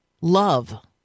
love